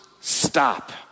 stop